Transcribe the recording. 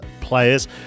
players